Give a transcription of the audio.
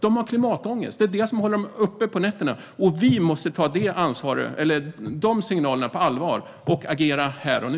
De har klimatångest. Det håller dem uppe på nätterna. Vi måste ta de signalerna på allvar och agera här och nu.